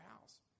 house